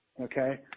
okay